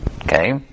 Okay